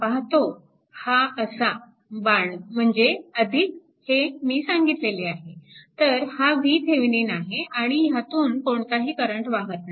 पाहतो हा असा बाण म्हणजे हे मी सांगितलेले आहे तर हा VTheveninआहे आणि ह्यातून कोणताही करंट वाहत नाही